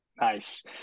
nice